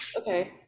Okay